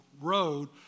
road